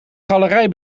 galerij